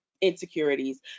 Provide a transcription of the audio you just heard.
insecurities